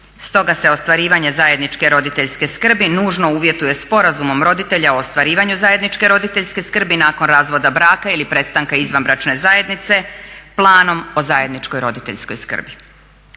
stoga se ostvarivanje zajedničke roditeljske skrbi nužno uvjetuje sporazumom roditelja o ostvarivanju zajedničke roditeljske skrbi nakon razvoda braka ili prestanka izvanbračne zajednice planom o zajedničkoj roditeljskoj skrbi.